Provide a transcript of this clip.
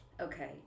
Okay